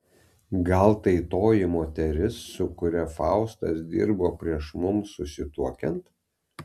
gal tai toji moteris su kuria faustas dirbo prieš mums susituokiant